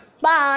bye